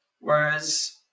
whereas